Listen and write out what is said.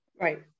Right